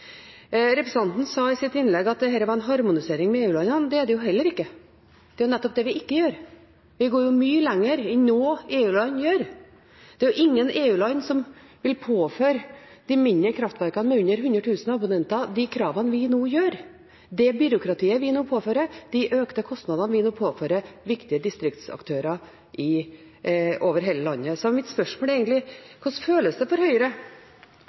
Representanten sa i sitt innlegg at dette var en harmonisering med EU-landene. Det er det heller ikke. Det er nettopp det vi ikke gjør. Vi går mye lenger enn noe EU-land gjør. Det er ingen EU-land som vil påføre de mindre kraftverkene med under 100 000 abonnenter de kravene vi nå gjør – det byråkratiet vi nå påfører, de økte kostnadene vi nå påfører viktige distriktsaktører over hele landet. Mitt spørsmål er egentlig: Hvordan føles det for Høyre